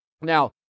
Now